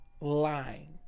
lying